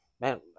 man